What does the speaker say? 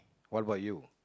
what about you